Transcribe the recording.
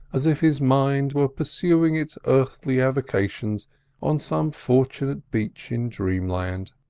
as if his mind were pursuing its earthly avocations on some fortunate beach in dreamland.